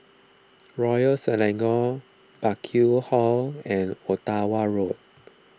Royal Selangor Burkill Hall and Ottawa Road